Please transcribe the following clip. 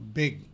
big